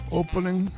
opening